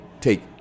take